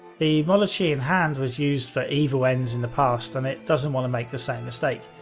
the molochean hand was used for evil ends in the past and it doesn't want to make the same mistake.